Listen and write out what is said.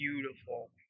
beautiful